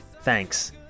thanks